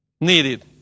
needed